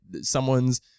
someone's